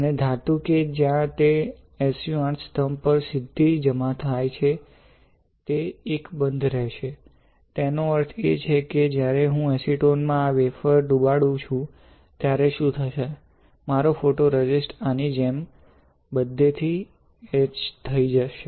અને ધાતુ કે જ્યાં તે SU 8 સ્તંભ પર સીધી જમા થાય છે તે અકબંધ રહેશે તેનો અર્થ એ છે કે જ્યારે હું એસીટોન માં આ વેફર ડુબાડુ છું ત્યારે શું થશે મારો ફોટોરેઝિસ્ટ આની જેમ બધેથી ઇચ થશે